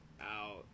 out